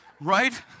right